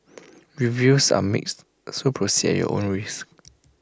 reviews are mixed so proceed at your own risk